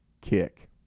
Kick